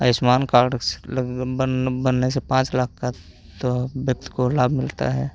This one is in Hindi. आयुष्मान कार्ड बन बनने से पाँच लाख का तो व्यक्ति को लाभ मिलता है